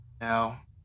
Now